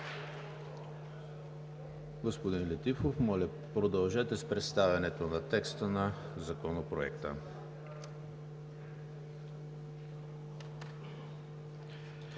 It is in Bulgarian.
Летифов, моля, продължете с представянето на текста на Законопроекта.